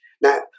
Now